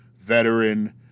veteran